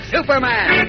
Superman